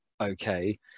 okay